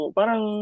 parang